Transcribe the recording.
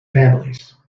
families